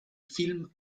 film